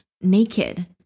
naked